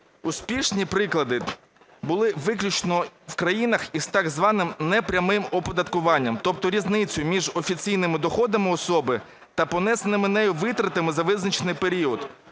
Успішні приклади були виключно в країнах із так званим непрямим оподаткуванням, тобто різницею між офіційними доходами особи та понесеними нею витратами за визначений період.